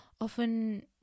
often